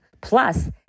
Plus